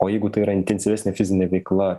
o jeigu tai yra intensyvesnė fizinė veikla